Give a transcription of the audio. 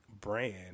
brand